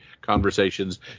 conversations